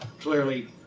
Clearly